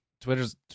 Twitter's